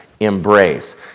embrace